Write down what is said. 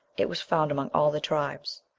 it was found among all the tribes.